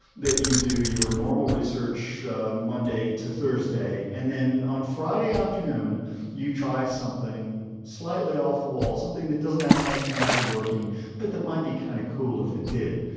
that you do your normal research monday to thursday, and then on friday afternoon you try something slightly off the wall, something that doesn't have much chance of working but that might be kind of cool if it did.